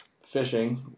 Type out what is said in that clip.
fishing